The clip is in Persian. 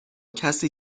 کسی